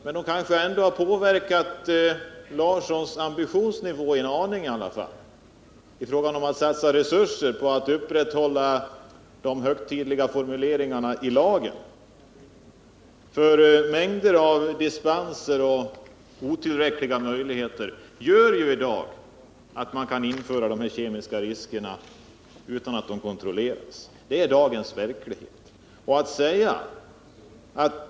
Men de har kanske ändå påverkat Einar Larssons ambitioner att satsa resurser på att upprätthålla de högtidliga formuleringarna i lagen en aning. Mängder av dispenser och otillräckliga möjligheter gör i dag att de kemiska riskerna kan införas utan kontroll. Det är dagens verklighet.